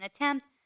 attempt